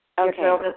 Okay